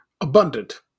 abundant